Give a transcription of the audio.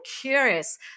curious